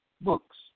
books